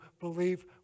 believe